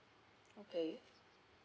okay